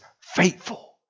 faithful